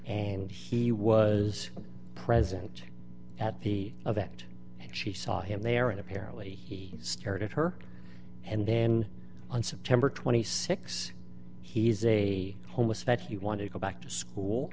and he was present at the of it and she saw him there and apparently he stared at her and then on september twenty six he's a homeless vets you want to go back to school